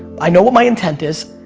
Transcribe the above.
i know what my intent is.